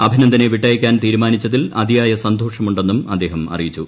അഭിനന്ദനെ വിട്ടയയ്ക്കാൻ തീരുമാനിച്ചതിൽ അതിയായ സന്തോഷമുണ്ടെന്നും അദ്ദേഹം അറിയിച്ചു